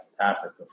Africa